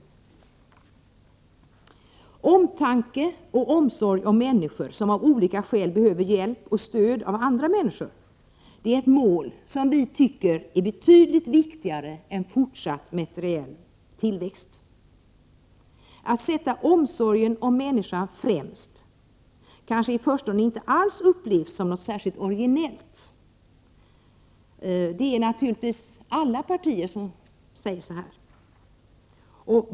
Omtanke och omsorg om människor som av olika skäl behöver hjälp och stöd av andra människor är ett mål som vi tycker är betydligt viktigare än fortsatt materiell tillväxt. Att sätta omsorgen om människan främst kanske i förstone inte alls upplevs som något särskilt originellt. Så säger naturligtvis alla partier.